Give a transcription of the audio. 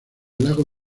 lago